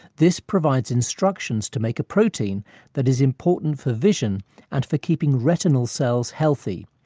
this provides instructions to make a protein that is important for vision and for keeping retinol cells healthy.